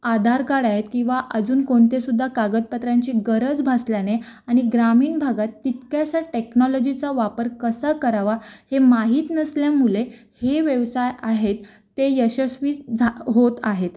आधार card आहेत किंवा अजून कोणत्यासुद्धा कागदपत्रांची गरज भासल्याने आणि ग्रामीण भागात तितक्याशा टेक्नॉलॉजीचा वापर कसा करावा हे माहीत नसल्यामुळे हे व्यवसाय आहेत ते यशस्वी झा होत आहेत